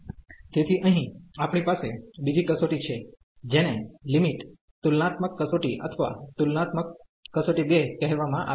તેથી અહીં આપણી પાસે બીજી કસોટી છે જેને લિમિટ તુલનાત્મક કસોટી અથવા તુલનાત્મક કસોટી 2 કહેવામાં આવે છે